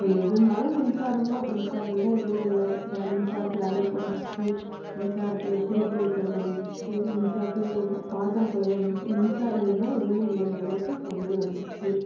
இப்போ எதுனாலும் மின்சாரம்தான் மின்சாரம் இல்லைன்னா எதுவுமே இல்லை இப்போ மின்சாரத்தில் அடுப்பு வந்துருச்சு மின்சாரத்தில் துணி துவைக்கிறது வந்துருச்சு மின்சாரத்துல பாத்திரம் கழுவுறது வந்துச்சு மின்சாரம் இல்லைன்னா எதுவுமே இல்லங்கிற அளவுக்கு இப்போ வந்து வந்துருச்சு